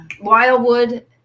Wildwood